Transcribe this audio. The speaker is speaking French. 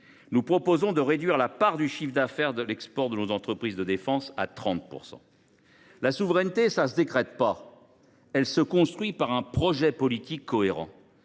Nous proposons de réduire la part du chiffre d’affaires à l’export de nos entreprises de défense à 30 %. La souveraineté ne se décrète pas ; elle se construit sur un projet politique cohérent.